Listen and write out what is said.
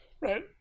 Right